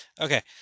okay